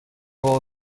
all